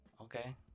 okay